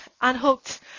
unhooked